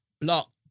block